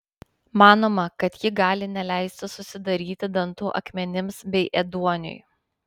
manoma kad ji gali neleisti susidaryti dantų akmenims bei ėduoniui